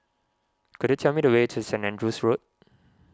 could you tell me the way to Saint Andrew's Road